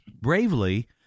bravely